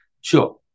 Sure